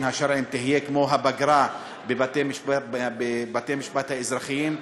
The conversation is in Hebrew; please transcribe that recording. השרעיים תהיה כמו הפגרה בבתי-המשפט האזרחיים,